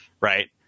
Right